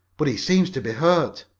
but he seems to be hurt.